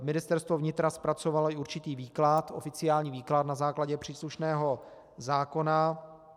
Ministerstvo vnitra zpracovalo i určitý oficiální výklad na základě příslušného zákona.